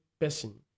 person